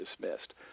dismissed